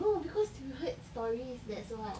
no because we heard stories that's why